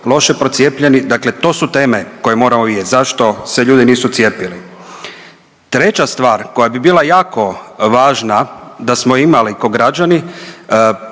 loše procijepljeni. Dakle, to su teme koje moramo vidjeti zašto se ljudi nisu cijepili. Treća stvar koja bi bila jako važna da smo imali ko' građani,